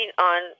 on